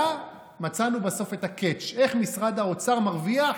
מצאנו בסוף את ה-catch, איך משרד האוצר מרוויח.